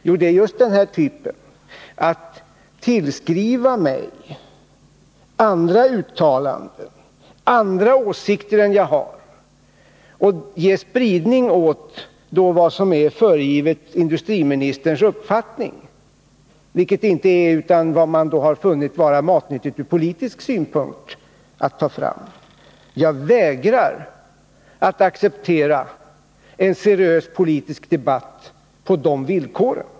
Jo, det är just när man tillskriver mig andra uttalanden än jag har gjort, andra åsikter än jag har, och ger spridning åt sådant som föreges vara industriministerns uppfattning — vilket det inte är, utan det är vad man har funnit vara matnyttigt ur politisk synpunkt att ta fram. Jag vägrar att acceptera en seriös politisk debatt på de villkoren.